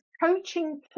coaching